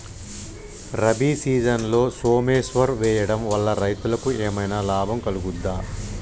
రబీ సీజన్లో సోమేశ్వర్ వేయడం వల్ల రైతులకు ఏమైనా లాభం కలుగుద్ద?